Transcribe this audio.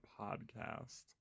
podcast